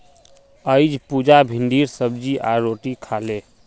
अईज पुजा भिंडीर सब्जी आर रोटी खा ले